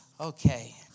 Okay